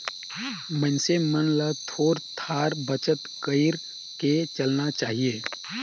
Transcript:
मइनसे मन ल थोर थार बचत कइर के चलना चाही